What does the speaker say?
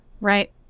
right